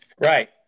Right